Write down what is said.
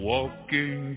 Walking